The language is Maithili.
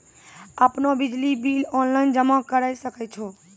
आपनौ बिजली बिल ऑनलाइन जमा करै सकै छौ?